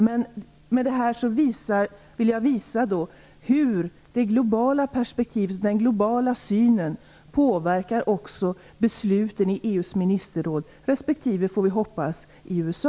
Men med detta vill jag visa hur det globala perspektivet, den globala synen, påverkar också besluten i EU:s ministerråd respektive, får vi hoppas, i USA.